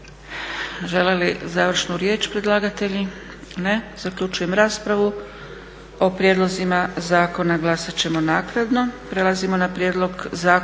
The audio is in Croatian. Žele li završnu riječ predlagatelji? Ne. Zaključujem raspravu. O prijedlozima zakona glasat ćemo naknadno.